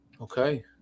Okay